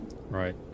Right